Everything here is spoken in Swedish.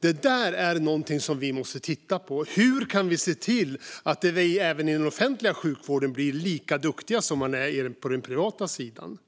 Detta är något vi måste titta på. Hur kan vi se till att vi i den offentliga sjukvården blir lika duktiga som man är på den privata sidan?